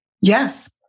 Yes